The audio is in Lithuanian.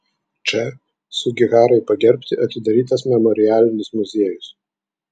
č sugiharai pagerbti atidarytas memorialinis muziejus